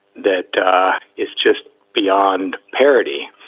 that is just beyond parody.